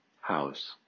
house